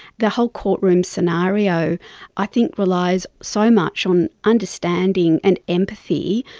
the whole courtroom scenario i think relies so much on understanding and empathy,